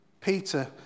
Peter